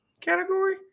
category